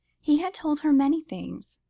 he had told her many things,